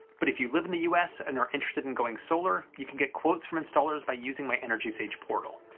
but if you live in the u s. and are interested in going solar, you can get quotes from installers by using my energysage portal.